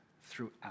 throughout